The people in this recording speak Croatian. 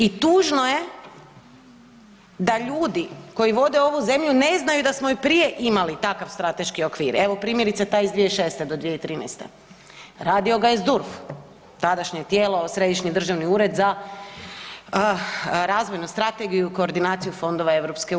I tužno je da ljudi koji vode ovu zemlju ne znaju da smo i prije imali takav strateški okvir evo primjerice taj iz 2006. do 2013., radio ga je ZDURF, tadašnje tijelo Središnji državni ured za razvojnu strategiju i koordinaciju fondova EU.